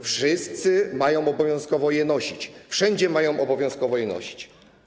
Wszyscy mają obowiązkowo je nosić, wszędzie mają obowiązkowo je nosić.